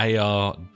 AR